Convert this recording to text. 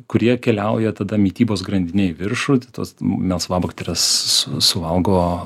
kurie keliauja tada mitybos grandinėj į viršų tai tas melsvabakteres suvalgo